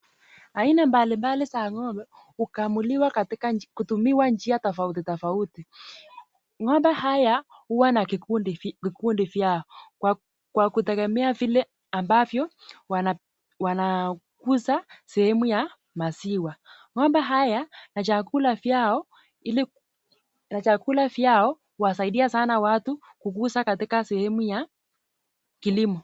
Aina mbalimbali za ng'ombe hukamuliwa kwa kutumia njia tofauti tofauti. Ng'ombe haya huwa na vikundi vikundi vyao kwa kutegemea vile ambavyo wanakuza sehemu ya maziwa. Ng'ombe haya na chakula vyao husaidia sana watu kukuza katika sehemu ya kilimo.